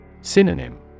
Synonym